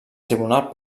tribunal